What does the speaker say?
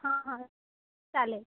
हा हा चालेल